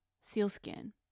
sealskin